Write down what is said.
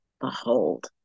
behold